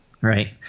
right